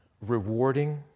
rewarding